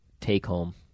take-home